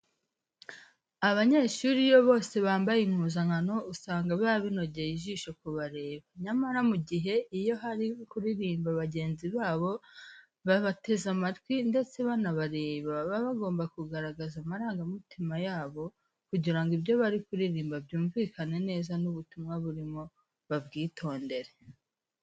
Abanyeshuri iyo bose bambaye impuzankano usanga biba binogeye ijisho kubareba. Nyamara, mu gihe na bo bari kuririmbira bagenzi babo babateze amatwi ndetse banabareba, baba bagomba kugaragaza amarangamutima yabo kugira ngo ibyo bari kuririmba byumvikane neza n'ubutumwa burimo babwitondere.